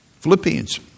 Philippians